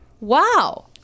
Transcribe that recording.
Wow